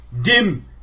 Dim